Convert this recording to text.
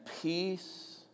peace